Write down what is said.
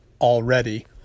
already